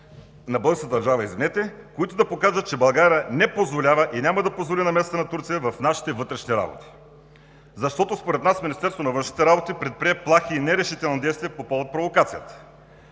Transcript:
на българската държава, които да покажат, че България не позволява и няма да позволи намесата на Турция в нашите вътрешни работи. Според нас Министерството на външните работи предприе плахи и нерешителни действия по повод провокацията.